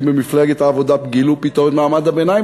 במפלגת העבודה גילו פתאום את מעמד הביניים,